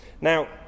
Now